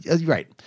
Right